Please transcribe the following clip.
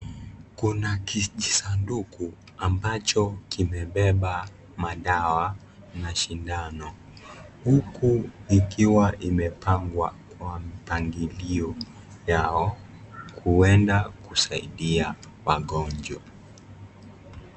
Kuna kijisanduku ambacho kimebeba madawa na sindano huku ikiwa imepangwa kwa mpangilio yao kuenda kusaidia wagonjwa.